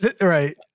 Right